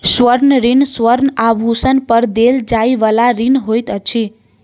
स्वर्ण ऋण स्वर्ण आभूषण पर देल जाइ बला ऋण होइत अछि